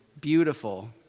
beautiful